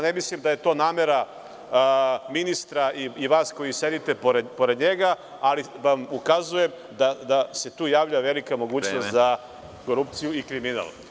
Ne mislim da je to namera ministra i vas koji sedite pored njega, ali vam ukazujem da se tu javlja velika mogućnost za korupciju i kriminal.